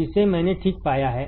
जिसे मैंने ठीक पाया है